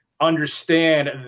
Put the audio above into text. understand